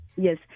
Yes